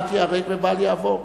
בבחינת ייהרג ובל יעבור.